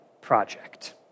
project